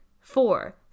Four